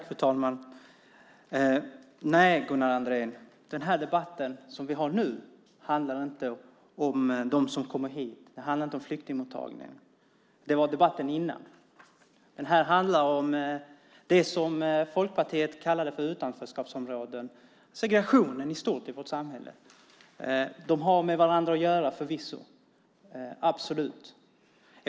Fru talman! Den debatt som vi har nu, Gunnar Andrén, handlar inte om dem som kommer hit och flyktingmottagningen. Det var debatten innan. Den här handlar om det som Folkpartiet kallade för utanförskapsområden och segregationen i stort i vårt samhälle. De har förvisso med varandra att göra. Så är det absolut.